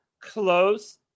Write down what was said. close